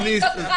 מה שמדאיג אותך,